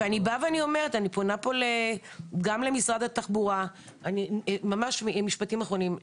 אני פונה גם למשרד התחבורה: ניר,